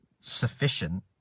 sufficient